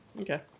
okay